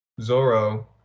Zoro